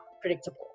predictable